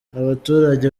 abaturage